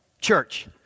church